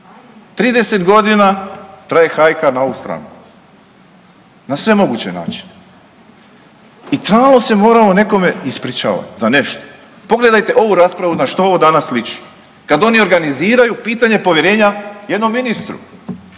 30 godina traje hajka na ovu stranu, na sve moguće načine. I stalno se moramo nekome ispričavamo za nešto. Pogledajte ovu raspravu na što ovo danas liči kad oni organiziraju pitanje povjerenja jednom ministru,